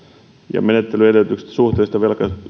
ja menettelyn edellytyksistä suhteista